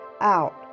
out